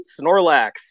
Snorlax